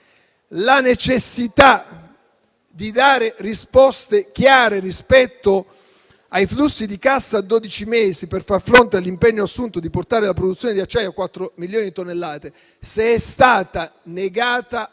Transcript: È necessario dare risposte chiare rispetto ai flussi di cassa a dodici mesi per far fronte all'impegno assunto di portare la produzione di acciaio a quattro milioni di tonnellate e non sappiamo